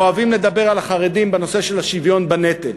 אוהבים לדבר על החרדים בנושא של השוויון בנטל,